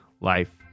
life